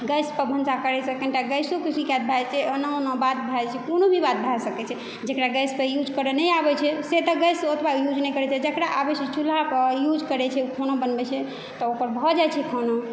gas पर भनसा करै से कनि टा गैसोके शिकायत भए जेतै ओना ओनाओ बात भए जाइ छै कोनो भी बात भए सकै छै जकरा गैस पर यूज करऽ नहि आबै छै से टा गैस ओतबा यूज नहि करै छै जकरा आबै छै चूल्हा पर यूज करै छै ओ खाना बनबै छै तऽ ओकर भऽ जाइ छै खाना